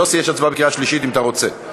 יוסי, יש הצבעה בקריאה שלישית אם אתה רוצה.